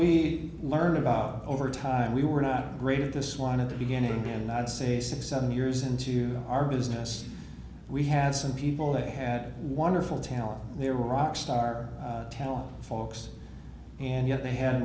we learn about over time we were not great at this one at the beginning and i'd say six seven years into our business we had some people that had wonderful talent they were rock star tell folks and yet they had